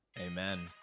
amen